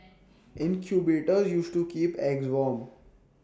incubators used to keep eggs warm